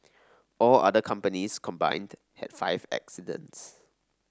all other companies combined had five accidents